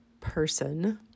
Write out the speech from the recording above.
person